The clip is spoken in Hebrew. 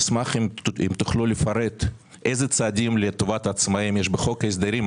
אשמח אם תפרטו אילו צעדים לטובת העצמאיים יש בחוק ההסדרים?